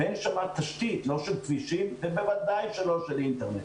אין שם תשתית של כבישים ובוודאי אין תשתית אינטרנט.